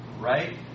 right